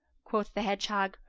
quoth the hedgehog,